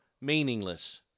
meaningless